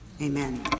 Amen